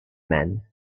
man